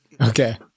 okay